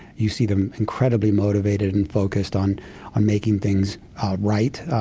you see them incredibly motivated and focused on on making things right.